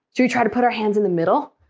should we try to put our hands in the middle?